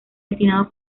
destinado